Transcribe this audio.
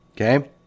Okay